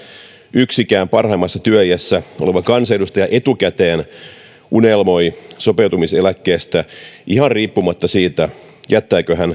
yksikään parhaimmassa työiässä oleva kansanedustaja etukäteen unelmoi sopeutumiseläkkeestä ihan riippumatta siitä jättääkö hän